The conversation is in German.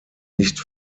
nicht